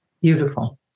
Beautiful